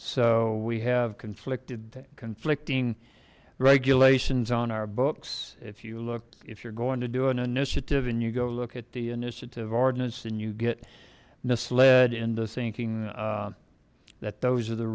so we have conflicted conflicting regulations on our books if you look if you're going to do an initiative and you go look at the initiative ordinance and you get misled into thinking that those are the